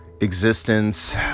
existence